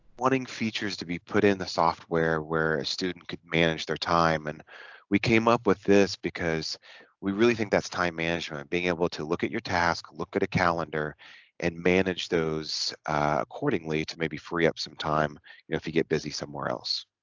wanting features to be put in the software where a student could manage their time and we came up with this because we really think that's time management being able to look at your tasks look at a calendar and manage those accordingly to maybe free up some time if you get busy somewhere else